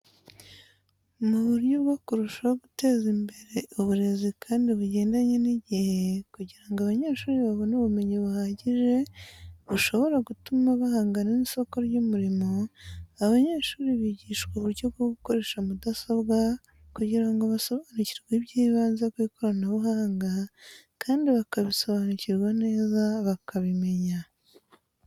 Mu buryo bwo kurushaho guteza imbere imbere uburezi kandi bugendanye n'igihe kugirango abanyeshuri babone ubumenyi buhagije bushobora gutuma bahangana n'isoko ry'umurimo. Abanyeshuri bigishwa uburyo bwo gukoresha mudasobwa kugirango basobanukirwe iby'ibanze ku ikoranabuhanga kandi bakabisobanukirwa neza bakabimenya.